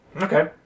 Okay